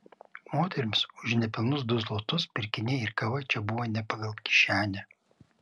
moterims už nepilnus du zlotus pirkiniai ir kava čia buvo ne pagal kišenę